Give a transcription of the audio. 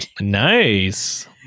Nice